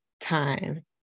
time